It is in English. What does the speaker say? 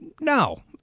No